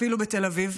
אפילו בתל אביב,